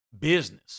business